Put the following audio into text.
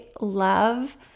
love